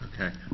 Okay